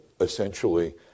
essentially